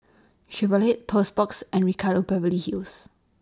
Chevrolet Toast Box and Ricardo Beverly Hills